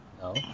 No